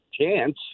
chance